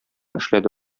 эшләде